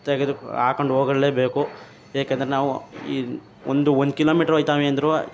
ತೆಗೆದು ಹಾಕೊಂಡು ಹೋಗಲೇಬೇಕು ಏಕೆಂದರೆ ನಾವು ಈ ಒಂದು ಒಂದು ಕಿಲೋಮೀಟರ್ ಹೋಗ್ತಾವೆ ಅಂದರು